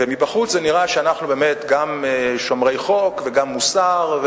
ומבחוץ זה נראה שאנחנו באמת גם שומרי חוק וגם שומרי מוסר,